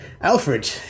Alfred